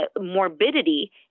morbidity